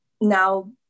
now